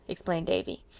explained davy.